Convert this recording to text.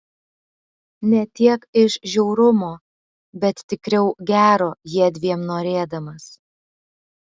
ne tiek iš žiaurumo bet tikriau gero jiedviem norėdamas